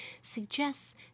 suggests